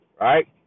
right